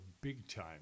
big-time